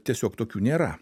tiesiog tokių nėra